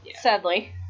Sadly